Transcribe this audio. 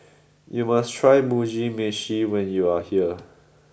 you must try Mugi Meshi when you are here